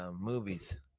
Movies